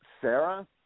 Sarah